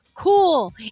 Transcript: cool